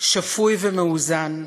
שפוי ומאוזן,